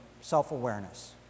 self-awareness